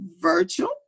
virtual